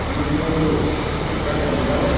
પિયુષભાઈ બોલું કેમ છો મજામાં